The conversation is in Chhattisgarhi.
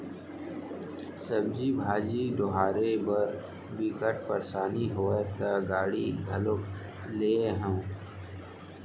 सब्जी भाजी डोहारे बर बिकट परसानी होवय त गाड़ी घलोक लेए हव